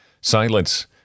Silence